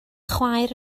chwaer